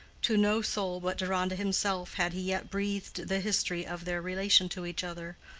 to no soul but deronda himself had he yet breathed the history of their relation to each other,